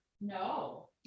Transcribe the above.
no